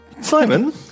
Simon